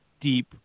deep